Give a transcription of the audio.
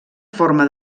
forma